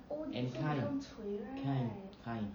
and kind kind kind